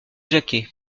jacquet